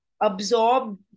absorb